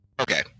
Okay